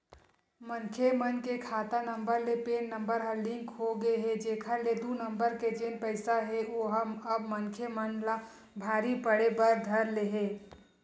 मनखे मन के खाता नंबर ले पेन नंबर ह लिंक होगे हे जेखर ले दू नंबर के जेन पइसा हे ओहा अब मनखे मन ला भारी पड़े बर धर ले हे